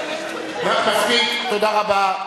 מספיק, תודה רבה.